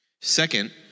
Second